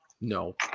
no